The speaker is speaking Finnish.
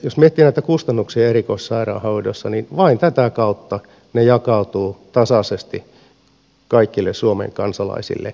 jos miettii näitä kustannuksia erikoissairaanhoidossa niin vain tätä kautta ne jakautuvat tasaisesti kaikille suomen kansalaisille